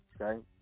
okay